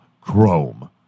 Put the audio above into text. Chrome